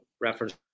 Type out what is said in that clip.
reference